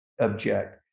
object